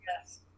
Yes